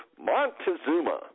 Montezuma